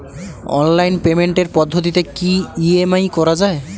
Online পেমেন্টের পদ্ধতিতে কি ই.এম.আই করা যায়?